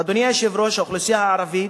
אדוני היושב-ראש, האוכלוסייה הערבית,